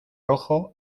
rojo